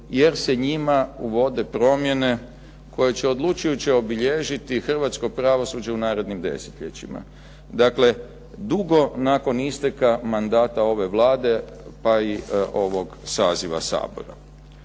jer se njima uvode promjene koje će odlučujuće obilježiti hrvatsko pravosuđe u narednim desetljećima. Dakle, dugo nakon isteka mandata ove Vlade, pa i ovog saziva Sabora.